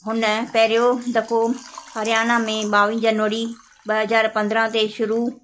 हुन पहिरियों दफ़ो हरियाणा में ॿावीह जनवरी ॿ हज़ार पंद्रहं ते शुरू